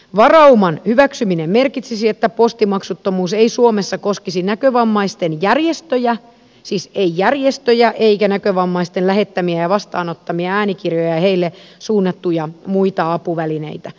varauman hyväksyminen merkitsisi että postimaksuttomuus ei suomessa koskisi näkövammaisten järjestöjä siis ei järjestöjä eikä näkövammaisten lähettämiä ja vastaanottamia äänikirjoja ja heille suunnattuja muita apuvälineitä